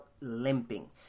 limping